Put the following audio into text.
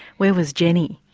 where was jenny?